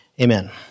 Amen